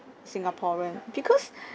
singaporean because